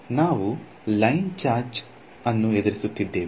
ನಾವು line charge ಅನ್ನು ಎದುರಿಸುತ್ತೇವೆ